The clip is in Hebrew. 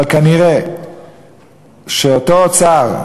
אבל כנראה אותו אוצר,